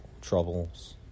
troubles